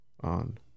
on